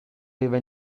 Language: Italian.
aveva